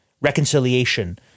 reconciliation